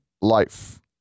life